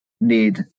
need